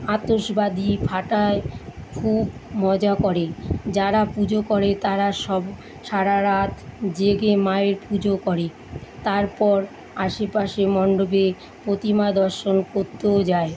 আতশবাজী ফাটায় খুব মজা করে যারা পুজো করে তারা সব সারা রাত জেগে মায়ের পুজো করে তারপর আশেপাশে মণ্ডপে প্রতিমা দর্শন করতেও যায়